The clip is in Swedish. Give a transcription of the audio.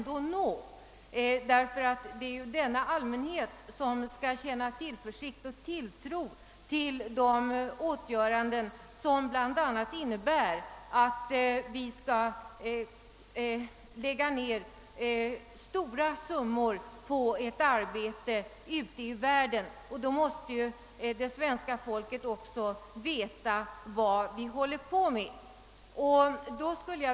Det är ju denna allmänhet som skall känna tillförsikt och ha tilltro till de åtgöranden som bl.a. innebär att vi lägger ned stora summor på ett arbete ute i världen. Då måste det svenska folket också få veta vad vi håller på med.